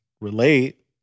relate